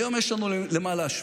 היום יש לנו למה להשוות.